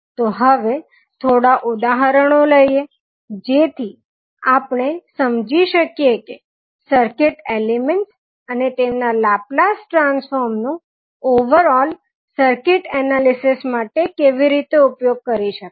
તો હવે થોડા ઉદાહરણો લઈએ જેથી આપણે સમજી શકીએ કે સર્કિટ એલિમેન્ટસ અને તેમના લાપ્લાસ ટ્રાન્સફોર્મ નો ઓવરઓલ સર્કિટ એનાલિસીસ માટે કેવી રીતે ઉપયોગ કરી શકાય